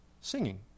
singing